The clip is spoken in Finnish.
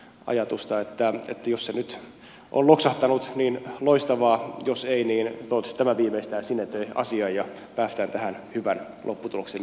niin että jos se nyt on loksahtanut niin loistavaa jos ei niin toivottavasti tämä viimeistään sinetöi asian ja päästään tähän hyvän lopputuloksen